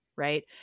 right